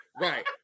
right